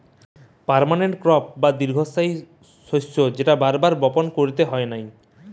permanent crop বা দীর্ঘস্থায়ী শস্য যেটা বার বার বপণ কইরতে হয় নাই